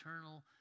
eternal